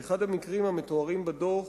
באחד המקרים המתוארים בדוח